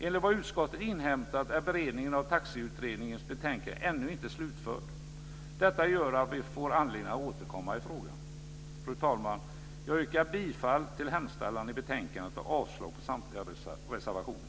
Enligt vad utskottet inhämtat är beredningen av Taxiutredningens betänkande ännu inte slutförd. Detta gör att vi får anledning att återkomma i frågan. Fru talman! Jag yrkar bifall till förslaget i betänkandet och avslag på samtliga reservationer.